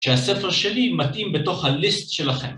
שהספר שלי מתאים בתוך הליסט שלכם.